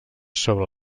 sobre